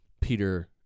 Peter